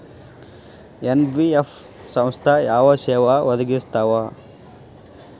NBF ಸಂಸ್ಥಾ ಯಾವ ಸೇವಾ ಒದಗಿಸ್ತಾವ?